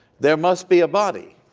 there must be a body